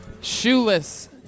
Shoeless